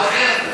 או אחר?